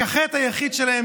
רק החטא היחיד שלהם,